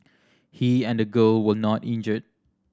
he and the girl were not injured